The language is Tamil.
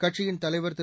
கட்சியின் தலைவா் திரு